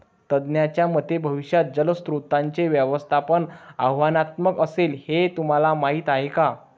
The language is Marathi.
तज्ज्ञांच्या मते भविष्यात जलस्रोतांचे व्यवस्थापन आव्हानात्मक असेल, हे तुम्हाला माहीत आहे का?